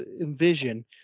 envision